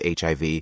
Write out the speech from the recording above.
HIV